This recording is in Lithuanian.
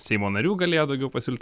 seimo narių galėjo daugiau pasiūlyt